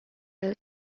and